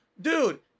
dude